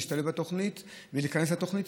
להשתלב בתוכנית ולהיכנס לתוכנית,